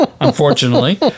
unfortunately